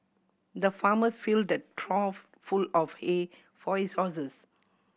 the farmer filled a trough full of hay for his horses